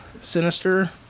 sinister